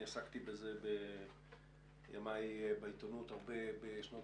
אני עסקתי בזה בשנות ה-90, בעיתונות הרבה,